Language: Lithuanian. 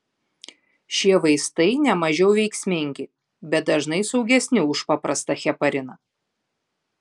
šie vaistai nemažiau veiksmingi bet dažnai saugesni už paprastą hepariną